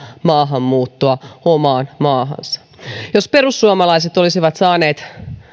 maahanmuuttoa omaan maahansa jos perussuomalaiset olivat saaneet